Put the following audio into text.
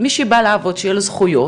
מי שבא לעבוד שיהיו לו זכויות,